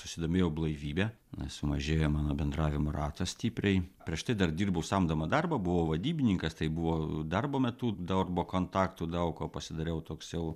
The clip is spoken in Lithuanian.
susidomėjau blaivybe na sumažėjo mano bendravimo ratas stipriai prieš tai dar dirbau samdomą darbą buvau vadybininkas tai buvo darbo metu darbo kontaktų daug ko pasidariau toks jau